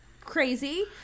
crazy